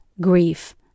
grief